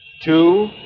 two